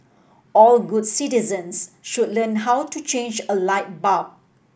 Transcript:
all good citizens should learn how to change a light bulb